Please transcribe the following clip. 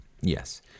Yes